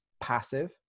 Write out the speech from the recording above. passive